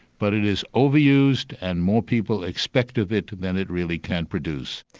but it is overused and more people expect of it than it really can produce.